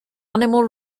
animal